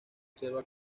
observa